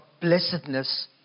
blessedness